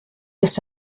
ist